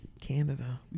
Canada